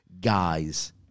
guys